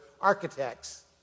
architects